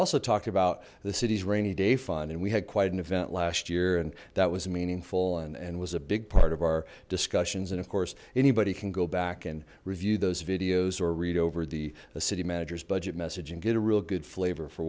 also talked about the city's rainy day fund and we had quite an event last year and that was meaningful and and was a big part of our discussions and of course anybody can go back and review those videos or read over the city manager's budget message and get a real good flavor for